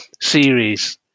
series